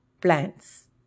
plants